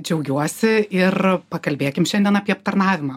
džiaugiuosi ir pakalbėkim šiandien apie aptarnavimą